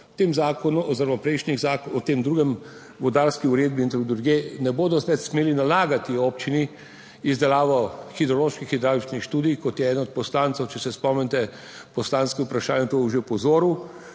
o tem drugem, vodarski uredbi in drugje, ne bodo več smeli nalagati občini izdelavo hidroloških hidravličnih študij, kot je eden od poslancev, če se spomnite poslanskih vprašanj in to, že opozoril,